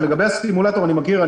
לגבי הסימולטור אני מכיר.